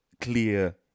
clear